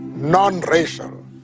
Non-racial